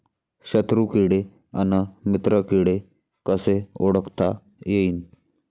शत्रु किडे अन मित्र किडे कसे ओळखता येईन?